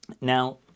Now